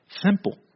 simple